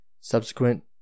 Subsequent